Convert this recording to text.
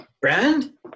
Brand